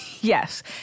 Yes